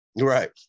right